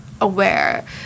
aware